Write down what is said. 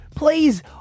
Please